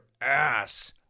ass